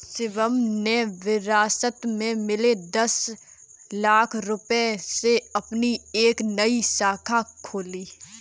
शिवम ने विरासत में मिले दस लाख रूपए से अपनी एक नई शाखा खोली